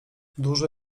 dużo